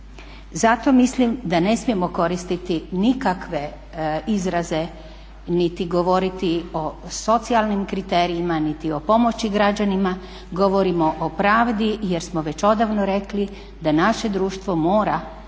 Zato mislim da ne smijemo koristiti nikakve izraze niti govoriti o socijalnim kriterijima, niti o pomoći građanima, govorimo o pravdi jer smo već odavno rekli da naše društvo mora